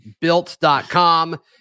Built.com